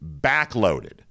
backloaded